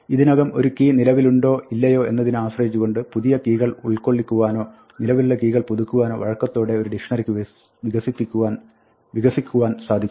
ഇതിനകം ഒരു കീ നിലവുണ്ടോ ഇല്ലയോ എന്നതിനെ ആശ്രയിച്ചുകൊണ്ട് പുതിയ കീകൾ ഉൾക്കൊള്ളിക്കുവാനോ നിലവിലുള്ള കീകൾ പുതുക്കുവാനോ വഴക്കത്തോടെ ഒരു ഡിക്ഷ്ണറിക്ക് വികസിക്കുവാൻ സാധിക്കുന്നു